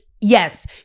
Yes